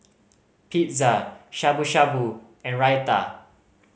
Pizza Shabu Shabu and Raita